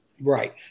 Right